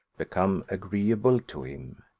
become agreeable to him.